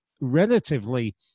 relatively